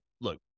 look